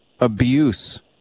abuse